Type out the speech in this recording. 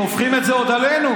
והופכים את זה עוד עלינו,